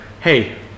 hey